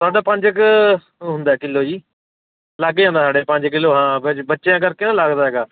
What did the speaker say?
ਸਾਡਾ ਪੰਜ ਕੁ ਹੁੰਦਾ ਕਿਲੋ ਜੀ ਲਾਗੇ ਹੁੰਦਾ ਸਾਡੇ ਪੰਜ ਕਿਲੋ ਹਾਂ ਬਚ ਬੱਚਿਆਂ ਕਰਕੇ ਨਾ ਲੱਗਦਾ ਹੈਗਾ